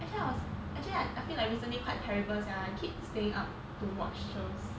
actually I was actually I I feel like recently quite terrible sia I keep staying up to watch shows